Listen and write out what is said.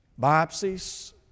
biopsies